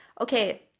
okay